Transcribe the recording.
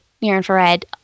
near-infrared